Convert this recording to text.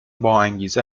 باانگیزه